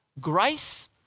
grace